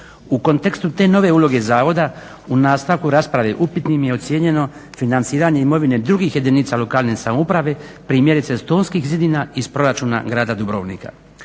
U kontekstu te nove uloge zavoda u nastavku rasprave upitnim je ocijenjeno financiranje imovine drugih jedinica lokalne samouprave primjerice Stonskih zidina iz Proračuna grada Dubrovnika.